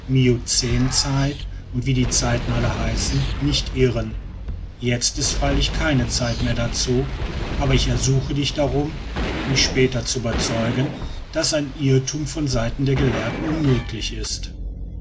miocänzeit und wie die zeiten alle heißen nicht irren jetzt ist freilich keine zeit mehr dazu aber ich ersuche dich darum mich später zu überzeugen daß ein irrtum von seiten der gelehrten unmöglich ist